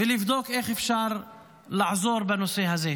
ולבדוק איך אפשר לעזור בנושא הזה.